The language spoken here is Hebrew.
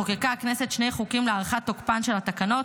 חוקקה הכנסת שני חוקים להארכת תוקפן של התקנות,